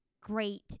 great –